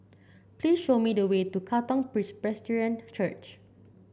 please show me the way to Katong Presbyterian Church